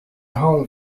home